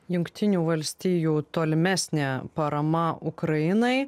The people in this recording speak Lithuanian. jungtinių valstijų tolimesnė parama ukrainai